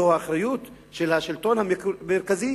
זאת האחריות של השלטון המרכזי,